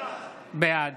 בעד